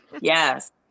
Yes